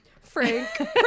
Frank